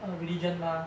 or religion mah